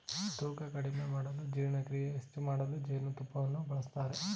ತೂಕ ಕಡಿಮೆ ಮಾಡಲು ಜೀರ್ಣಕ್ರಿಯೆ ಹೆಚ್ಚು ಮಾಡಲು ಜೇನುತುಪ್ಪವನ್ನು ಬಳಸ್ತರೆ